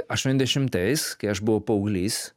aštuoniasdešimtais kai aš buvau paauglys